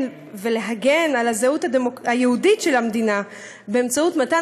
ולהגן על הזהות היהודית של המדינה באמצעות מתן